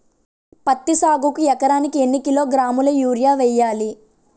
పత్తి సాగుకు ఎకరానికి ఎన్నికిలోగ్రాములా యూరియా వెయ్యాలి?